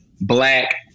Black